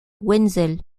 wenzel